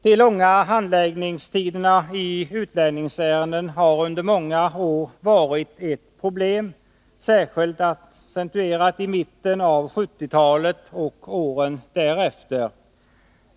De långa handläggningstiderna i utlänningsärenden har under många år varit ett problem, särskilt accentuerat i mitten av 1970-talet och åren därefter.